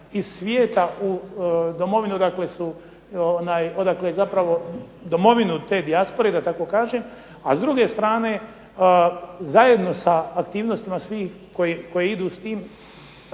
zapravo, domovinu te dijaspore da tako kažem. A s druge strane zajedno sa aktivnostima svih koje idu s tim